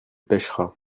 pêchera